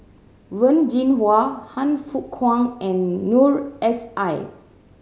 Wen Jinhua Han Fook Kwang and Noor S I